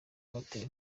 batewe